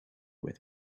with